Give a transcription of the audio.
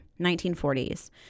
1940s